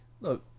Look